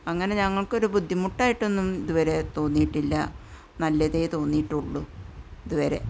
അങ്ങനെ ഞങ്ങള്ക്കൊരു ബുദ്ധിമുട്ടായിട്ടൊന്നും ഇതുവരെ തോന്നിയിട്ടില്ല നല്ലതേ തോന്നിയിട്ടുള്ളൂ ഇതുവരെ